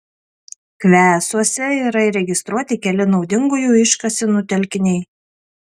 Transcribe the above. kvesuose yra įregistruoti keli naudingųjų iškasenų telkiniai